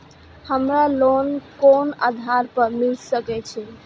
हमरा लोन कोन आधार पर मिल सके छे?